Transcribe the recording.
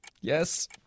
Yes